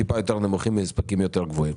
יותר נמוכים עם הספקים יותר גבוהים.